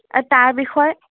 তাৰ বিষয়ে